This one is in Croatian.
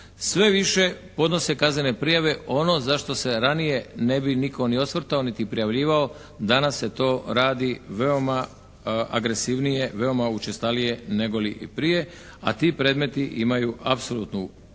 sve više podnose kaznene prijave ono za što se ranije ne bi nitko ni osvrtao ni prijavljivao, danas se to radi veoma agresivnije, veoma učestalije nego prije, a ti predmeti imaju apsolutni prioritet